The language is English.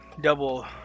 double